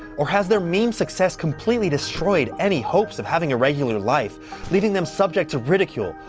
or has their main success completely destroyed any hopes of having a regular life leaving them subject to ridicule,